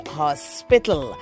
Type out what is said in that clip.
hospital